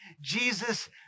Jesus